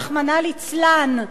רחמנא ליצלן,